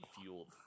fueled